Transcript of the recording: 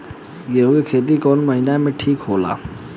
गेहूं के खेती कौन महीना में ठीक होला?